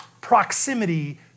proximity